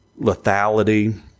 lethality